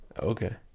Okay